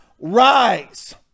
rise